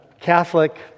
Catholic